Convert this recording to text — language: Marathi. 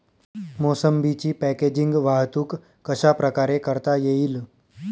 मोसंबीची पॅकेजिंग वाहतूक कशाप्रकारे करता येईल?